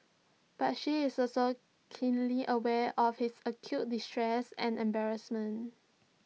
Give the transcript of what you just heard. but she is also keenly aware of his acute distress and embarrassment